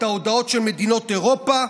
את ההודעות של מדינות אירופה.